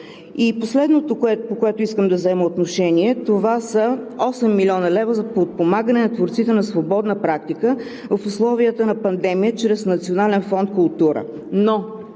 Последното, по което искам да взема отношение, са 8 млн. лв. за подпомагане на творците на свободна практика в условията на пандемия чрез Национален фонд „Култура“.